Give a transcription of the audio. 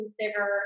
consider